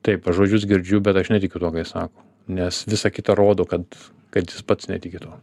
taip aš žodžius girdžiu bet aš netikiu tuo ką jis sako nes visa kita rodo kad kad jis pats netiki tuo